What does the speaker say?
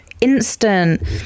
instant